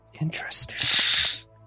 interesting